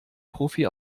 profi